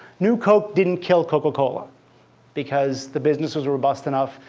new coke didn't kill coca-cola because the business was robust enough.